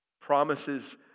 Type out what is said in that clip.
Promises